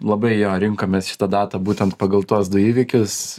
labai jo rinkomės šitą datą būtent pagal tuos du įvykius